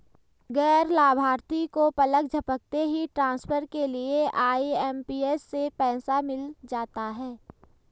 गैर लाभार्थी को पलक झपकते ही ट्रांसफर के लिए आई.एम.पी.एस से पैसा मिल जाता है